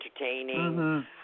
entertaining